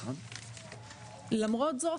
למרות זאת,